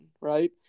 right